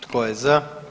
Tko je za?